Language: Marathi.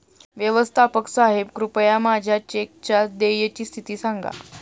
व्यवस्थापक साहेब कृपया माझ्या चेकच्या देयची स्थिती सांगा